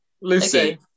Lucy